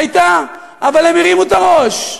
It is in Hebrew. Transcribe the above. הייתה, אבל הם הרימו את הראש.